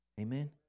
Amen